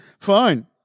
fine